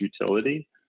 utility